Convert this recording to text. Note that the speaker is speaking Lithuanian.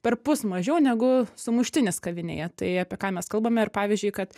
perpus mažiau negu sumuštinis kavinėje tai apie ką mes kalbame ir pavyzdžiui kad